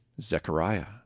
Zechariah